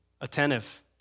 Attentive